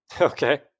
Okay